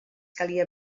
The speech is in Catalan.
calia